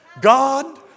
God